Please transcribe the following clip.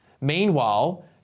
Meanwhile